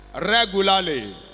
regularly